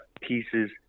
pieces